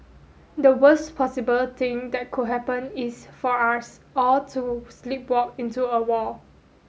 the worst possible thing that could happen is for us all to sleepwalk into a war